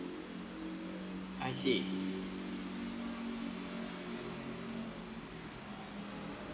I see